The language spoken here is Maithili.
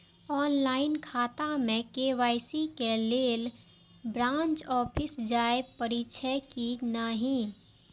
ऑनलाईन खाता में के.वाई.सी के लेल ब्रांच ऑफिस जाय परेछै कि नहिं?